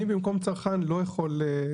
אני במקום צרכן לא יכול.